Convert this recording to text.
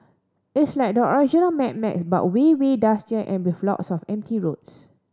it's like the original Mad Max but way way dustier and with lots of empty roads